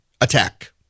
attack